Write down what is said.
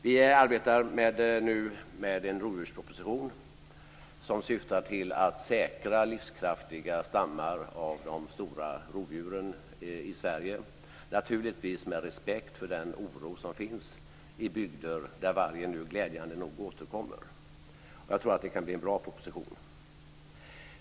Vi arbetar nu med en rovdjursproposition, som syftar till att säkra livskraftiga stammar av de stora rovdjuren i Sverige - naturligtvis med respekt för den oro som finns i bygder där vargen nu glädjande nog återkommer. Jag tror att det kan bli en bra proposition.